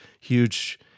huge